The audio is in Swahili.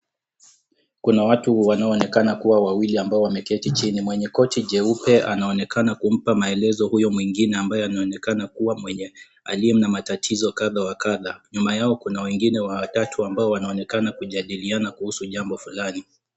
Kuna watu wanaoonekana wakiwa wawili wameketi chini. Mwenye koti jeupe anaonekana kumpa maelezo huyo mwingine ambaye anaonekana kuwa mwenye aliye na matatizo kadha wa kadha. Nyuma yao kuna wengine watatu ambao wanaonekana kujadiliana kuhusu jambo fulani.